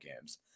games